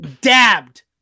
dabbed